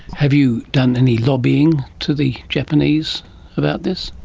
have you done any lobbying to the japanese about this?